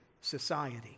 society